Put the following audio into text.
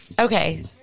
Okay